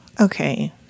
Okay